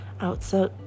outside